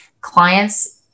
Clients